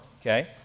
okay